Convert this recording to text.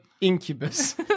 Incubus